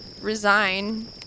resign